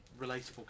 relatable